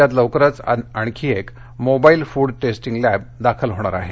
राज्यात लवकरच अजून एक मोबाइल फूड टेस्टिंग लॅब दाखल होणार आहे